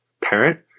parent